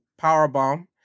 powerbomb